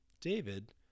David